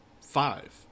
five